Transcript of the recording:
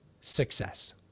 success